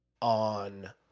on